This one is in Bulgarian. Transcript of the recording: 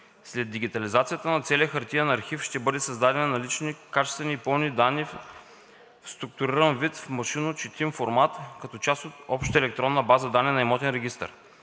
След дигитализацията на целия хартиен архив ще бъдат създадени налични, качествени и пълни данни в структуриран вид в машинночетим формат като част от обща електронна база данни на имотен регистър.